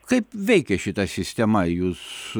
kaip veikia šita sistema jus